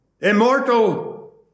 Immortal